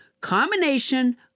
combination